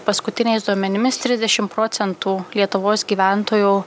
paskutiniais duomenimis trisdešim procentų lietuvos gyventojų